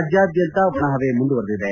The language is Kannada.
ರಾಜ್ಯಾದ್ಯಂತ ಒಣಹವೆ ಮುಂದುವರೆದಿದೆ